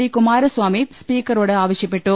D Kumaraswamy സ്പീക്കറോട് ആവ ശ്യപ്പെട്ടു